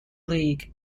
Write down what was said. league